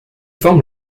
forme